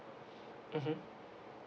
mmhmm